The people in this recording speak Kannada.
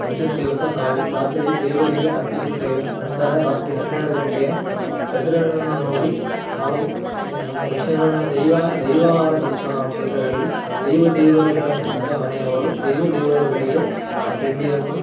ಮುಂಚಿನ ದಿವಸ ನಾವು ರಾತ್ರಿ ದೇವರಿಗೆ ಅರ್ಪಿಸುತ್ತೇವೆ ನಂತರ ರಾತ್ರಿ ಹನ್ನೆರಡು ಗಂಟೆಯ ಚಂದ್ರನನ್ನು ನೋಡಿ ನಾವು ನಮ್ಮ ದಕ್ಷಿಣ ಕನ್ನಡ ದೈವ ದೈವ ಆರಾಧಿಸುವ ನಾವು ಕ್ಷೇತ್ರಗಳಲ್ಲಿ ದೈವ ದೇವರುಗಳು ಇದ್ದ ಮನೆಯವರು ದೈವ ದೇವರುಗಳಿಗೆ ಆ ತಿಂಡಿಯನ್ನು